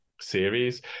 series